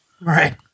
Right